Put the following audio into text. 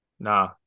Nah